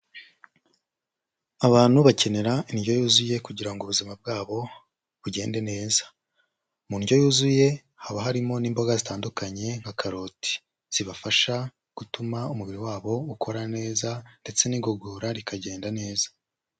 Abantu bakenera indyo yuzuye kugira ngo ubuzima bwabo bugende neza. Mu ndyo yuzuye, haba harimo n'imboga zitandukanye nka karoti. Zibafasha gutuma umubiri wabo ukora neza ndetse n'igogora rikagenda neza.